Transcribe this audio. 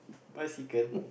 bicycle